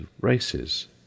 races